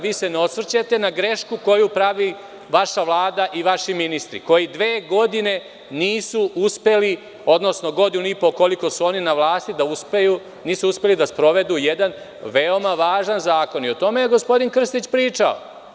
Vi se ne osvrćete na grešku koju pravi vaša Vlada i vaši ministri koji dve godine nisu uspeli, odnosno godinu i po koliko su oni na vlasti, da sprovedu jedan veoma važan zakon i o tome je gospodin Krstić pričao.